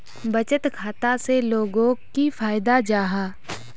बचत खाता से लोगोक की फायदा जाहा?